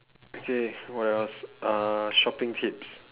okay what else uh shopping tips